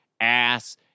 ass